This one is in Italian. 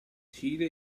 cile